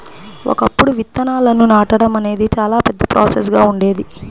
ఒకప్పుడు విత్తనాలను నాటడం అనేది చాలా పెద్ద ప్రాసెస్ గా ఉండేది